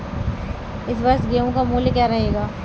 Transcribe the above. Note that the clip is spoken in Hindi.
इस वर्ष गेहूँ का मूल्य क्या रहेगा?